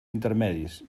intermedis